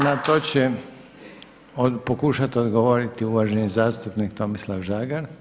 Na to će pokušat odgovoriti uvaženi zastupnik Tomislav Žagar.